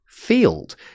Field